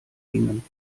gingen